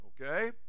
Okay